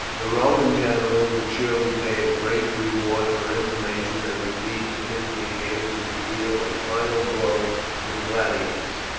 the roman general would surely pay a great reward for information that would lead to his being able to deal a final blow to the gladiators.